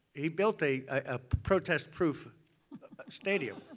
he built a ah protest proof stadium.